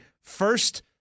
first